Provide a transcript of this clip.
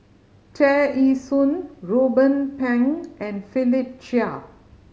Tear Ee Soon Ruben Pang and Philip Chia